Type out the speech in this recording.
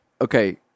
okay